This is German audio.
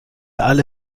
alle